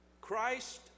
Christ